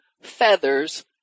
feathers